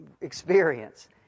experience